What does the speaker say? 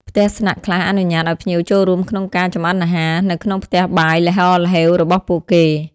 ផ្ទះស្នាក់ខ្លះអនុញ្ញាតឱ្យភ្ញៀវចូលរួមក្នុងការ ចម្អិនអាហារ នៅក្នុងផ្ទះបាយល្ហល្ហេវរបស់ពួកគេ។